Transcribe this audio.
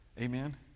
Amen